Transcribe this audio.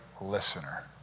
listener